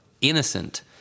innocent